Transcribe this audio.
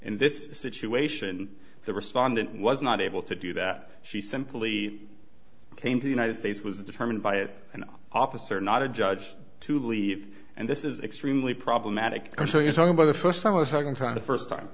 in this situation the respondent was not able to do that she simply came the united states was determined by it an officer not a judge to believe and this is extremely problematic and so you're talking about the first time i was talking to the first time